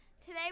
Today